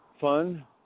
fun